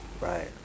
Right